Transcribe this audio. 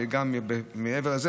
שגם מעבר לזה,